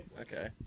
Okay